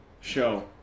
show